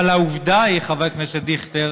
אבל העובדה היא, חבר הכנסת דיכטר,